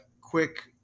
quick